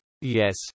Yes